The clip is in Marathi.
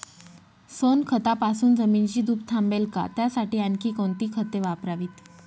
सोनखतापासून जमिनीची धूप थांबेल का? त्यासाठी आणखी कोणती खते वापरावीत?